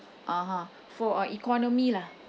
(uh huh) for uh economy lah